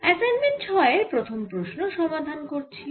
assignment 6 এর প্রথম প্রশ্ন সমাধান করছি